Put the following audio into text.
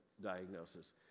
diagnosis